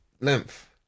length